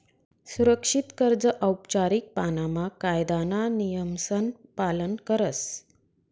सुरक्षित कर्ज औपचारीक पाणामा कायदाना नियमसन पालन करस